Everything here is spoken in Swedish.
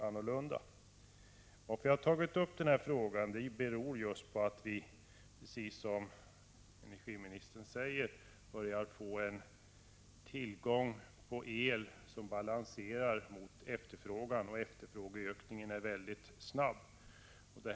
Anledningen till att jag har tagit upp denna fråga är att vi, precis som energiministern säger, börjar få en tillgång på el som balanserar mot efterfrågan, samtidigt som efterfrågan ökar väldigt snabbt.